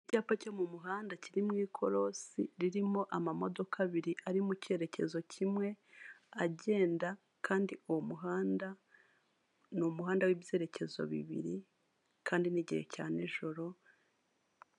Imodoka nziza ya tagisi vuwatire akaba ari imodoka y'umweru irimo akarongo k'umuhondo, ifite amapine ane, hirya yayo hari abamotari batatu batwaye abagenzi hirya yabo kandi nan nonene hakaba hari umumama uri kureba muri telefone, iruhande rwe hakaba hubakiye bigaragara ko hari ibikorwa bijyanye n'ubwubatsi biri kuhakorerwa.